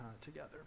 together